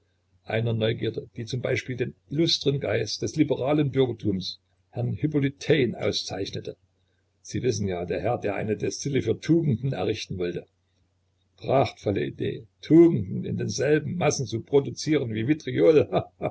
einer neugierde die zum beispiel den illustren geist des liberalen bürgertums herrn hippolyt taine auszeichnete sie wissen ja der herr der eine destille für tugenden errichten wollte prachtvolle idee tugenden in denselben massen zu produzieren wie